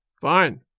Fine